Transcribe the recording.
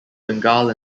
bengal